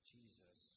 Jesus